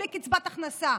בלי קצבת הכנסה,